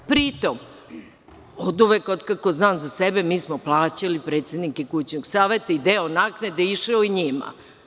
Pritom, oduvek od kako znam za sebe mi smo plaćali predsednike kućnog saveta i deo naknade išao je njima.